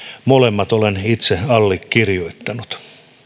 molemmat olen itse allekirjoittanut